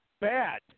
bad